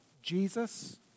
Jesus